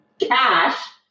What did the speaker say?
cash